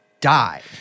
died